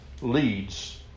leads